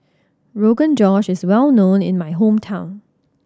Rogan Josh is well known in my hometown